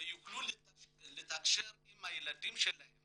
ויוכלו לתקשר עם הילדים שלהם